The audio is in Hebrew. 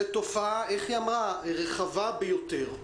זה תופעה רחבה ביותר,